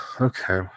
okay